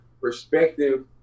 perspective